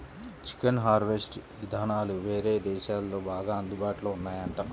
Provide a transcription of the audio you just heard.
chicken harvest ఇదానాలు వేరే దేశాల్లో బాగా అందుబాటులో ఉన్నాయంట